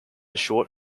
short